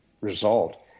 result